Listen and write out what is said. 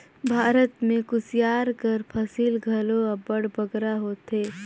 भारत में कुसियार कर फसिल घलो अब्बड़ बगरा होथे